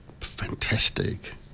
fantastic